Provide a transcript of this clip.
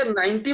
90